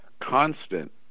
constant